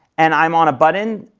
and i'm on a button,